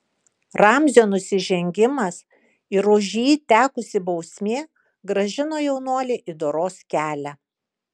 ramzio nusižengimas ir už jį tekusi bausmė grąžino jaunuolį į doros kelią